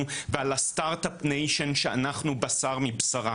ועל הסטארט-אפ ניישן שאנחנו בשר מבשרה.